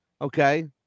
Okay